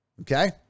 Okay